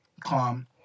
calm